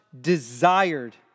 desired